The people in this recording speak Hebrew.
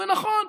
ונכון,